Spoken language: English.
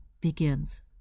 begins